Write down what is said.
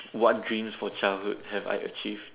what dreams for childhood have I achieved